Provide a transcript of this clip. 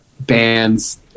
bands